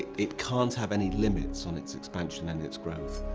it can't have any limits on its expansion and its growth.